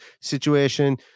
situation